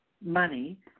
money –